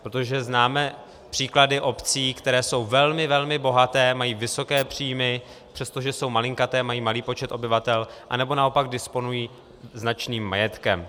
Protože známe příklady obcí, které jsou velmi, velmi bohaté, mají vysoké příjmy, přestože jsou malinkaté, mají malý počet obyvatel, anebo naopak disponují značným majetkem.